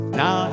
now